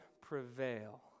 prevail